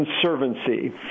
Conservancy